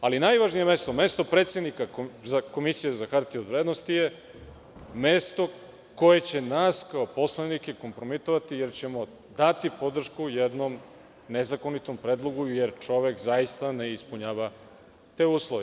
Najvažnije mesto, mesto predsednika Komisije za hartije od vrednosti je mesto koje će nas kao poslanike kompromitovati jer ćemo dati podršku jednom nezakonitom predlogu jer čovek zaista ne ispunjava te uslove.